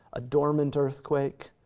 a dormant earthquake,